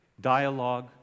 dialogue